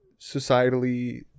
societally